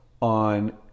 On